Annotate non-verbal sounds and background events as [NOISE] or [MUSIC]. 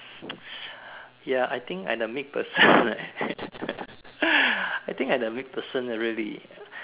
[NOISE] ya I think I'm a meat person [LAUGHS] leh I think I'm a meat person leh really